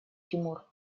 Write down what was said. тимур